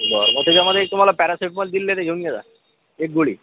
बरं मग त्याच्यामध्ये एक तुम्हाला पॅरासिटेमॉल दिलेली आहे ती घेऊन घ्या जरा एक गोळी